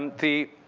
the